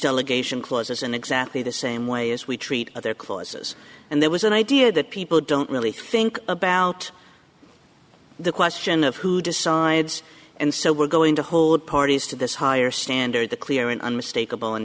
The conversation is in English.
delegation clauses in exactly the same way as we treat other clauses and there was an idea that people don't really think about the question of who decides and so we're going to hold parties to this higher standard the clear and unmistak